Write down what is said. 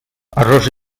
arròs